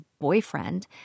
boyfriend